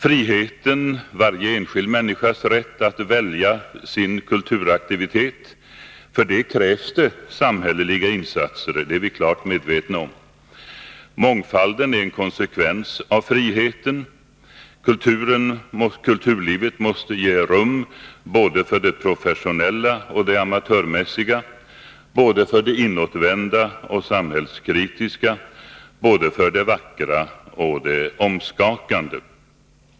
Friheten — det är varje enskild människas rätt att välja sin kulturaktivitet. För det krävs det samhälleliga insatser — det är vi klart medvetna om. Mångfalden är en konsekvens av friheten. Kulturlivet måste ge rum för både det professionella och det amatörmässiga, för både det inåtvända och det samhällskritiska, för både det vackra och det omskakande.